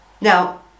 Now